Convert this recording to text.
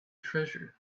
treasure